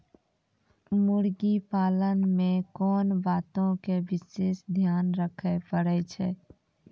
मुर्गी पालन मे कोंन बातो के विशेष ध्यान रखे पड़ै छै?